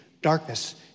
darkness